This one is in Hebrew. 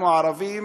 אנחנו, הערבים,